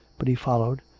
but he followed,